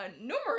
numerous